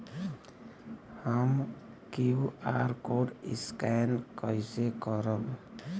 हम QR code scan कइसे करब?